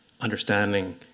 understanding